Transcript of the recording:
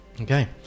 okay